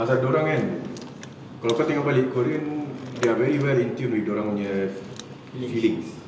pasal dorang kan kalau kau tengok balik korean they are very well attune to dorangnya feelings